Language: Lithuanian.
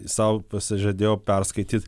sau pasižadėjau perskaityt